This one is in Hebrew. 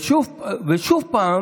ושוב פעם